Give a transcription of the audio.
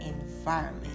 environment